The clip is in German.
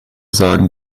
sagen